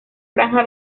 franja